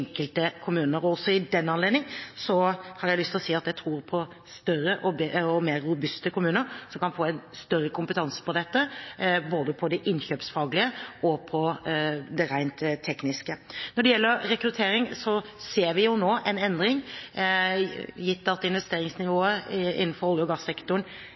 kommuner. I den anledning har jeg lyst til å si at jeg tror på større og mer robuste kommuner som kan få en større kompetanse på dette, både på det innkjøpsfaglige og på det rent tekniske. Når det gjelder rekruttering, ser vi nå en endring, gitt at investeringsnivået i olje- og gassektoren